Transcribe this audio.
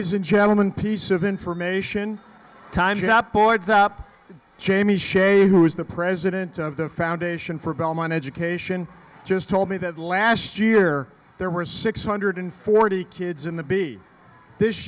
is a gentleman piece of information time not boyd's up jamie shea who is the president of the foundation for belmont education just told me that last year there were six hundred forty kids in the b this